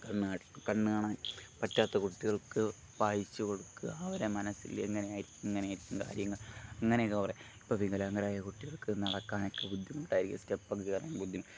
കണ്ണാടി കണ്ണ് കാണാൻ പറ്റാത്ത കുട്ടികൾക്ക് വായിച്ചു കൊടുക്കാൻ അവരെ മനസ്സിൽ എങ്ങനെ ഇങ്ങനെയുള്ള കാര്യങ്ങൾ ഇങ്ങനെയൊക്കെ കുറേ ഇപ്പം വികലാംഗരായ കുട്ടികൾക്ക് നടക്കാനൊക്കെ ബുദ്ധിമുട്ടായിരിക്കും ഈ സ്റ്റെപ്പൊക്കെ കയറാൻ ബുദ്ധിമുട്ടായിരിക്കും